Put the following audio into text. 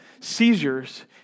seizures